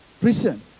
prison